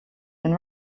been